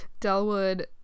Delwood